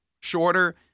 shorter